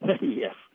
Yes